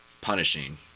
punishing